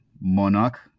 Monarch